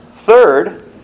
Third